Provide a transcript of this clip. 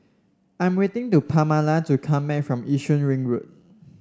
I'm waiting to Pamala to come back from Yishun Ring Road